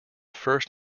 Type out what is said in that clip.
first